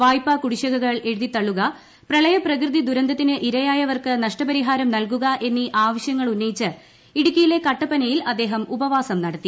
വായ്പ കുടിശ്ശികകൾ എഴുതി തള്ളുക പ്രളയ പ്രകൃതി ദുരന്തത്തിന് ഇരയായവർക്ക് നഷ്ടപരിഹാരം നൽകുക എന്നീ ആവശ്യങ്ങളുന്നയിച്ച് ഇടുക്കിയിലെ കട്ടപ്പനയിൽ അദ്ദേഹം ഉപവാസം നടത്തി